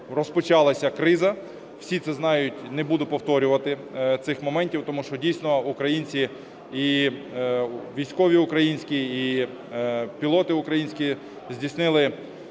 розпочалася криза. Всі це знають, не буду повторювати цих моментів, тому що, дійсно, українці і військові українські, і пілоти українські здійснили,